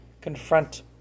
confront